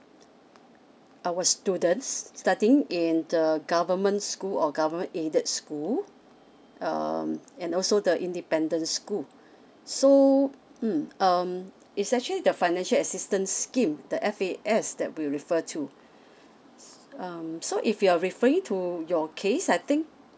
our students studying in the government school or government aided school um and also the independent school so mm um it's actually the financial assistance scheme the F_A_S that we refer to um so if you're referring to your case I think